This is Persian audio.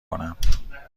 کنم